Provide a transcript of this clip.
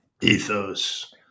ethos